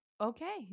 Okay